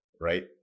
Right